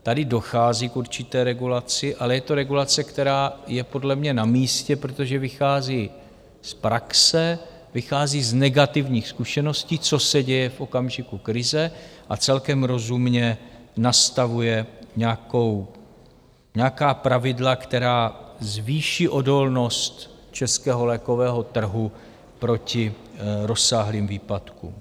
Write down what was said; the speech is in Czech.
Tady dochází k určité regulaci, ale je to regulace, která je podle mě namístě, protože vychází z praxe, vychází z negativních zkušeností, co se děje v okamžiku krize, a celkem rozumně nastavuje nějaká pravidla, která zvýší odolnost českého lékového trhu proti rozsáhlým výpadkům.